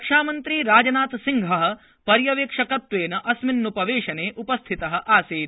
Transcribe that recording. रक्षामन्त्री राजनाथसिंहः पर्यवेक्षकत्वेन अस्मिन्पवेशने उपस्थितः आसीत्